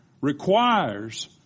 requires